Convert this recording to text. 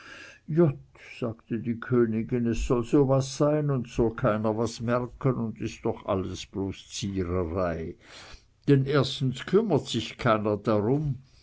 jott sagte die königin es soll so was sein und soll keiner was merken und is doch alles bloß ziererei denn erstens kümmert sich keiner drum